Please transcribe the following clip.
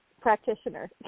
practitioner